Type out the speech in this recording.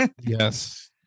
yes